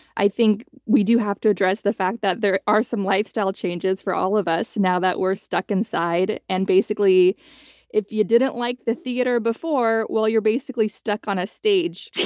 i think we do have to address the fact that there are some lifestyle changes for all of us now that we're stuck inside. and basically if you didn't like the theater before, well, you're basically stuck on a stage.